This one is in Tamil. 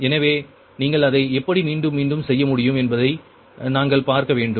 எனவே நீங்கள் அதை எப்படி மீண்டும் மீண்டும் செய்ய முடியும் என்பதை நாங்கள் பார்க்க வேண்டும்